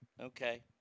Okay